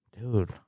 dude